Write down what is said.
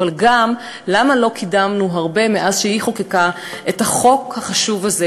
אבל גם למה לא קידמנו הרבה מאז שהיא חוקקה את החוק החשוב הזה.